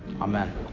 Amen